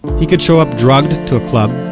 he could show up drugged to a club,